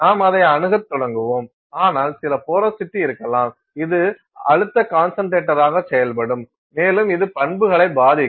நாம் அதை அணுகத் தொடங்குவோம் ஆனால் சில போரோசிட்டி இருக்கலாம் இது அழுத்த கான்சன்ட்ரேட்டராக செயல்படும் மேலும் இது பண்புகளை பாதிக்கும்